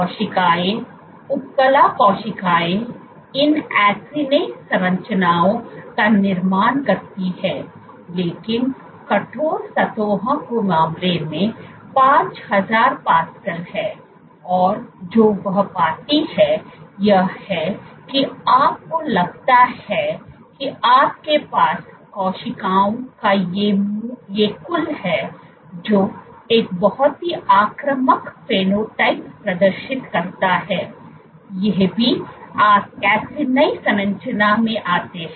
कोशिकाएं उपकला कोशिकाएं इन एसिनी संरचनाओं का निर्माण करती हैं लेकिन कठोर सतहों के मामले में 5000 पास्कल हैं और जो वह पाती हैं यह है की आपको लगता है कि आपके पास कोशिकाओं का ये कुल है जो एक बहुत ही आक्रामक फेनोटाइप प्रदर्शित करता है ये भी एसीनी संरचना में आते हैं